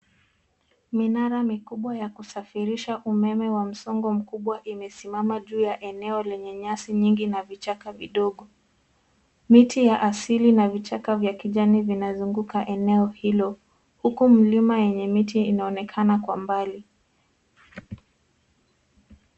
Minara mikubwa ya kusafirisha umeme wa msongo mkubwa imesimama juu ya eneo lenye nyasi nyingi na vichaka vidogo. Miti ya asili na vichaka vya kijani vimezunguka eneo hilo huku mlima yenye miti inaonekana kwa mbali.